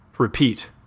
repeat